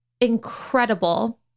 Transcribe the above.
incredible